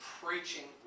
preaching